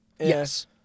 Yes